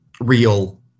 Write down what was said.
real